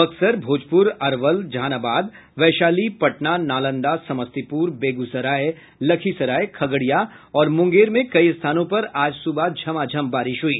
बक्सर भोजपुर अरवल जहानाबाद वैशाली पटना नालंदा समस्तीपुर बेग्सराय लखीसराय खगड़िया और मुंगेर में कई स्थानों पर आज सुबह झमाझम बारिश हुई